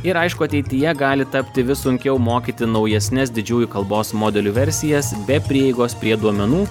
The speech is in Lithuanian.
ir aišku ateityje gali tapti vis sunkiau mokyti naujesnes didžiųjų kalbos modelių versijas be prieigos prie duomenų